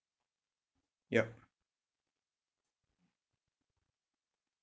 yup